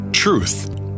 Truth